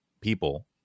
people